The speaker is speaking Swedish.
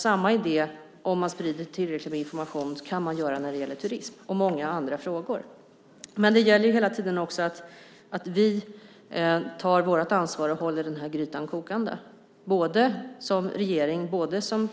Samma idé, om man sprider tillräckligt med information, kan man genomföra när det gäller turism och många andra frågor. Men det gäller hela tiden att vi tar vårt ansvar och håller grytan kokande, som regering,